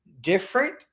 different